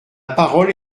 parole